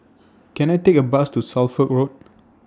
Can I Take A Bus to Suffolk Road